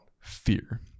fear